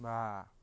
বা